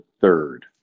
third